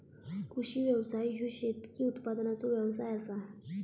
कृषी व्यवसाय ह्यो शेतकी उत्पादनाचो व्यवसाय आसा